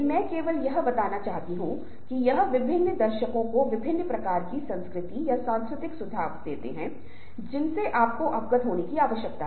मैं यह बताना चाहूंगा कि ज्यादातर सामाजिक स्थितियों में हम झूठ बोलने के लिए मजबूर होते हैं